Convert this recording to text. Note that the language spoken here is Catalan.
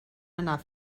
anar